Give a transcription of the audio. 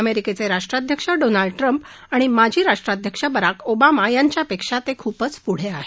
अमेरिकेचे राष्ट्राध्यक्ष Donald Trump आणि माजी राष्ट्राध्यक्ष बराक ओबामा यापेक्षा ते खुपच पुढे आहेत